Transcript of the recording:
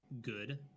good